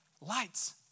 lights